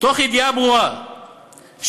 תוך ידיעה ברורה שהללו,